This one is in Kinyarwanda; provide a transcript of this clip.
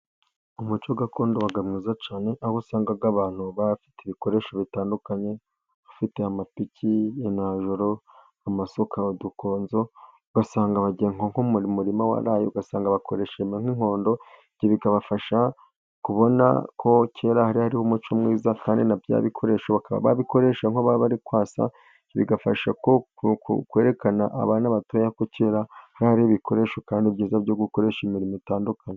umuco gakondo uba mwiza cyane, aho usanga abantu baba bafite ibikoresho bitandukanye, bafite amapiki, inanjoro, amasuka, udukonzo, ugasanga bagiye nko mu muririma waraye, ugasanga bakoreshamo nk'inkondo, ibyo bikabafasha kubona ko kera hariho umuco mwiza, kandi na bya bikoresho bakaba babikoresha aho baba bari kwasa, bigafasha kwerekana abana batoya ko kera habagaho ibikoresho kandi byiza, byo gukoresha imirimo itandukanye.